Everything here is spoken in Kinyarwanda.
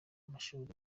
amashuri